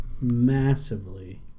massively